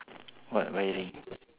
what wiring